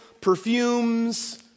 perfumes